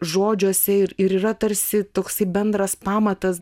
žodžiuose ir yra tarsi toksai bendras pamatas